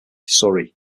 surrey